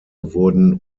wurden